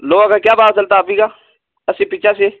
लोहा के क्या भाव चलता अभी का अस्सी पिचासी